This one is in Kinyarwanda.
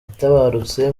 yatabarutse